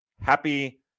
Happy